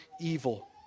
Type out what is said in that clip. evil